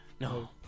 No